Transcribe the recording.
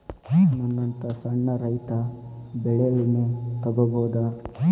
ನನ್ನಂತಾ ಸಣ್ಣ ರೈತ ಬೆಳಿ ವಿಮೆ ತೊಗೊಬೋದ?